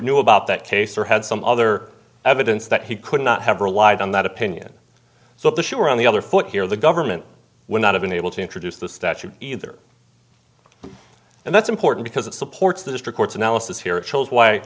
knew about that case or had some other evidence that he could not have relied on that opinion so the shore on the other foot here the government would not have been able to introduce the statute either and that's important because it supports the district court's analysis here a